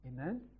Amen